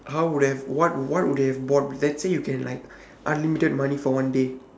how would have what what would have bought let's say you can like unlimited money for one day